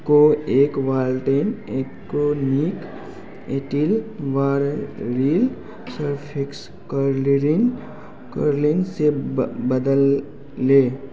को एक बदलें